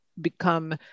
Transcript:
become